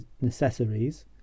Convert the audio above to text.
necessaries